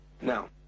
Now